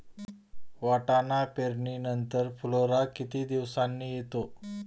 वाटाणा पेरणी नंतर फुलोरा किती दिवसांनी येतो?